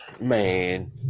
man